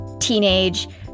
teenage